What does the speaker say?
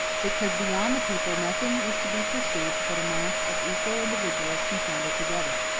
because beyond the people nothing is to be perceived but a mass of equal individuals confounded together.